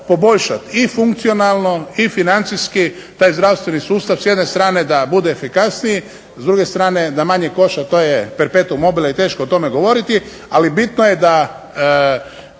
i funkcionalno i financijski taj zdravstveni sustav, s jedne strane da bude efikasniji, s druge strane da manje košta. To je perpetum mobile i teško je o tome govoriti, ali bitno je da